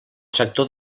sector